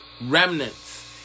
remnants